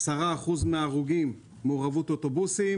ו-10% מההרוגים במעורבות אוטובוסים.